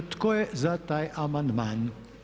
Tko je za taj amandman?